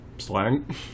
Slang